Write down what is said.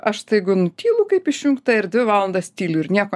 aš staigu nutylu kaip išjungta ir dvi valandas tyliu ir nieko